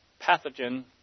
pathogen